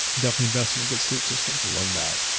definitely invest in a good sleep system love that.